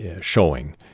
showing